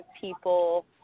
people